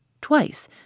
Twice